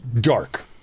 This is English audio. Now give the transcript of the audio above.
Dark